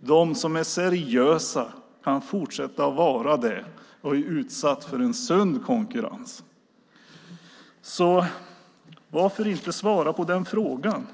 de som är seriösa kan fortsätta att vara det och utsätts för en sund konkurrens. Varför inte svara på frågan?